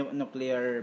nuclear